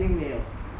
think 没有